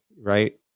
right